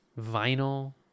vinyl